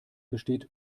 besteht